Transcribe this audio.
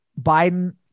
Biden